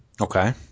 Okay